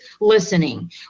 listening